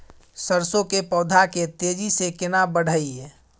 सरसो के पौधा के तेजी से केना बढईये?